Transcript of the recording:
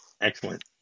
Excellent